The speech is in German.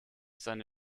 seine